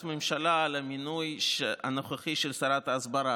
הממשלה על המינוי הנוכחי של שרת ההסברה.